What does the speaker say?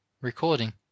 recording